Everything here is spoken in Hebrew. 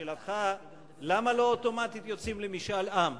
לשאלתך למה לא יוצאים אוטומטית למשאל עם,